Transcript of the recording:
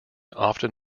often